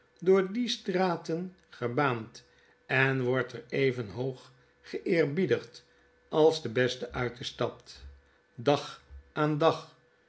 door die straten gebaand en wordt er even hoog geeerbiedigd als debeste uit de stad dag aan dag